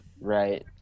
Right